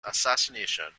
assassination